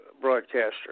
broadcaster